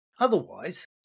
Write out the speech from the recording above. Otherwise